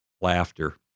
laughter